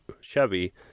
Chevy